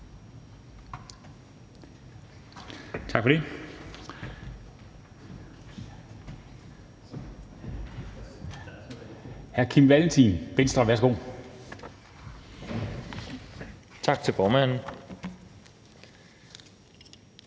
Tak for det,